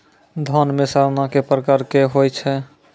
धान म सड़ना कै प्रकार के होय छै?